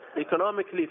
economically